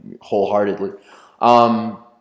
wholeheartedly